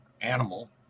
animal